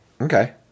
okay